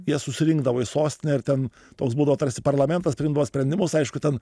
jie susirinkdavo į sostinę ir ten toks būdavo tarsi parlamentas priimdavo sprendimus aišku ten